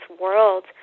world